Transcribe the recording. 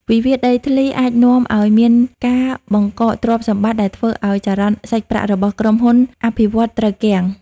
វិវាទដីធ្លីអាចនាំឱ្យមានការបង្កកទ្រព្យសម្បត្តិ ដែលធ្វើឱ្យចរន្តសាច់ប្រាក់របស់ក្រុមហ៊ុនអភិវឌ្ឍន៍ត្រូវគាំង។